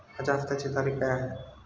माझ्या हप्त्याची तारीख काय असेल?